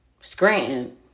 Scranton